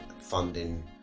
funding